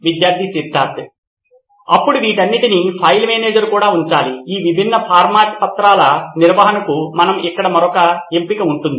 విద్యార్థి సిద్ధార్థ్ అప్పుడు వీటన్నింటికీ ఫైల్ మేనేజర్ కూడా ఉండాలి ఈ విభిన్న ఫార్మాట్ పత్రాల నిర్వహణకు మనకు ఇక్కడ మరొక ఎంపిక ఉంటుంది